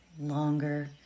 longer